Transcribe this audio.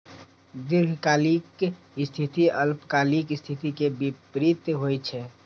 दीर्घकालिक स्थिति अल्पकालिक स्थिति के विपरीत होइ छै